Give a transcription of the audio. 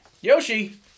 Yoshi